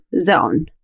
zone